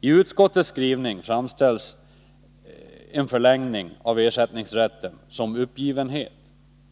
I utskottets skrivning framställs en förlängning av ersättningsrätten som uppgivenhet.